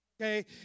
okay